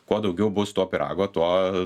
kuo daugiau bus to pyrago tuo